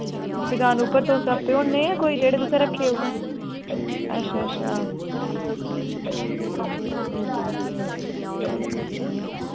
दुकान उप्पर तुस आपूं होन्ने जां कोई जेह्ड़े तुसें रक्खे उ'ऐ अच्छा अच्छा